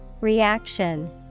Reaction